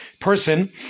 person